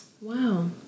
Wow